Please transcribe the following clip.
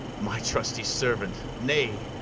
my trusty servant, nay,